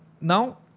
Now